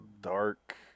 Dark